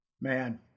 Man